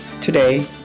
Today